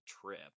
trip